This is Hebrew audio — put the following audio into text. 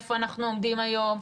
איפה אנחנו עומדים היום?